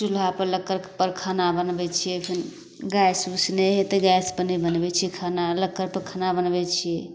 चूल्हापर लक्कड़पर खाना बनबै छिए फेर गैस उस नहि हइ तऽ गैसपर नहि बनबै छिए खाना लक्कड़पर खाना बनबै छिए